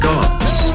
Gods